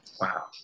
Wow